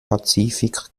pazifik